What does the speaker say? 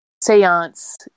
seance